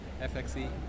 FXE